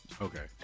okay